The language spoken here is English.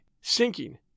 sinking